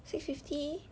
six fifty